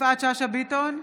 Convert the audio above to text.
יפעת שאשא ביטון,